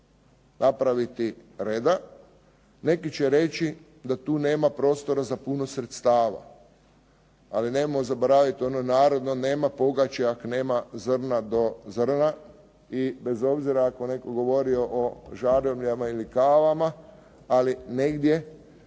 napraviti reda. Neki će reći da tu nema prostora za puno sredstava. Ali nemojmo zaboraviti onu narodnu “nema pogače ako nema zrna do zrna“. I bez obzira ako netko govorio o žaruljama ili kavama, ali negdje